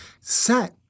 set